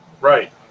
Right